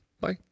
Bye